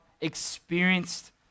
experienced